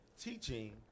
Teaching